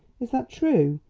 is that true,